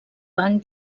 banc